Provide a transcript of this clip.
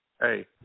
Hey